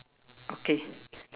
okay